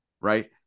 right